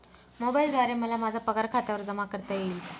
मोबाईलद्वारे मला माझा पगार खात्यावर जमा करता येईल का?